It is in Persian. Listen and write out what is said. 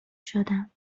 شدم